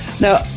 Now